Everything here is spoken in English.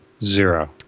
Zero